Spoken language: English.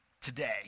today